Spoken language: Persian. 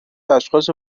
اشخاص